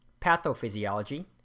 pathophysiology